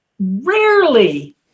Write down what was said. rarely